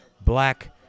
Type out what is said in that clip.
Black